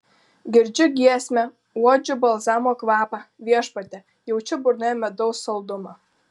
girdžiu giesmę uodžiu balzamo kvapą viešpatie jaučiu burnoje medaus saldumą